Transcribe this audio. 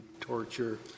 torture